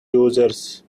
users